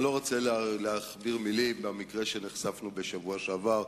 אני לא רוצה להכביר מלים במקרה שנחשף בשבוע שעבר.